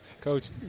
Coach